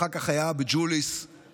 אחר כך היה בג'וליס מ"מ,